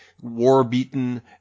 war-beaten